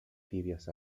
tibias